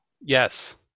Yes